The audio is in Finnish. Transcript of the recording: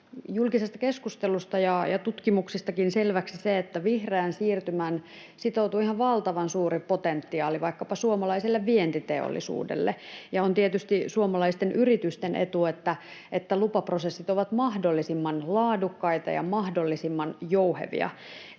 julkisesta keskustelusta ja tutkimuksistakin selväksi se, että vihreään siirtymään sitoutuu ihan valtavan suuri potentiaali vaikkapa suomalaiselle vientiteollisuudelle, ja on tietysti suomalaisten yritysten etu, että lupaprosessit ovat mahdollisimman laadukkaita ja mahdollisimman jouhevia.